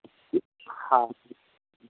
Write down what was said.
हँ